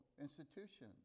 institution